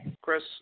Chris